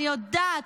אני יודעת.